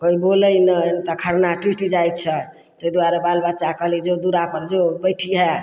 कोइ बोलै नहि तऽ खरना टुटि जाइ छै ताहि दुआरे बालबच्चाके कहली जो दुअरापर जो बैठिहेँ